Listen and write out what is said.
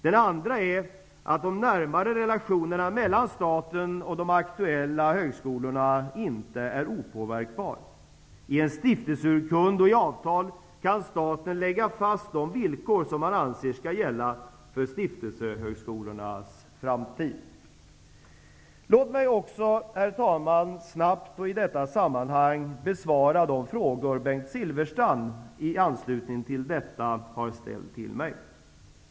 Det andra är att de närmare relationerna mellan staten och de aktuella högskolorna inte är opåverkbara. I en stiftelseurkund och i avtal kan staten lägga fast de villkor som man anser skall gälla för stiftelsehögskolornas framtid. Låt mig också, herr talman, snabbt och i detta sammanhang besvara de frågor Bengt Silfverstrand i anslutning till detta har ställt till mig.